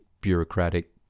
bureaucratic